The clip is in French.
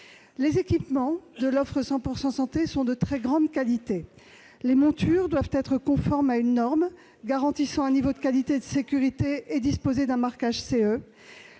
Les équipements de l'offre 100 % santé sont de très grande qualité. Les montures doivent être conformes à une norme garantissant un niveau de qualité et de sécurité et disposer d'un marquage CE.